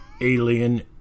Alien